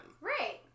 Right